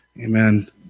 Amen